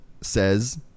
says